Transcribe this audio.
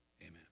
Amen